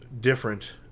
different